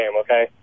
okay